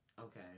Okay